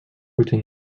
putin